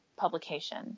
publication